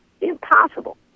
impossible